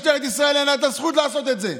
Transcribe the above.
אין למשטרת ישראל זכות לעשות את זה.